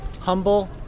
humble